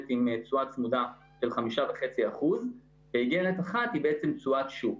עם תשואה צמודה של 5.5%. איגרת אחת היא בעצם תשואת שוק.